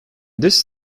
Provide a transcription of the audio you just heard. this